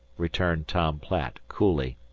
returned tom platt coolly.